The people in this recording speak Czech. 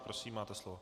Prosím, máte slovo.